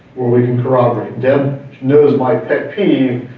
where we can corroborate. deb knows my pet peeve,